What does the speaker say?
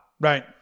Right